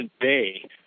bay